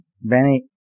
Benny